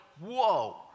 whoa